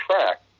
track